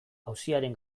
auziaren